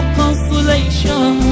consolation